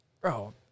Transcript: bro